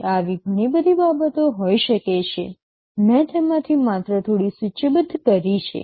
અને આવી ઘણી બધી બાબતો હોઈ શકે છે મેં તેમાંથી માત્ર થોડી સૂચિબદ્ધ કરી છે